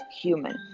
human